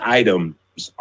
items